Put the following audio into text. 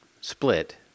split